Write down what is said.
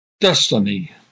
Destiny